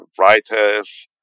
writers